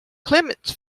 clements